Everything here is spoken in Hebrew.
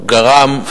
גרם,